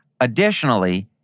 Additionally